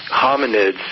hominids